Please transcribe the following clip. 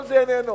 כל זה איננו.